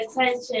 attention